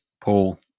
Paul